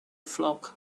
flock